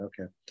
okay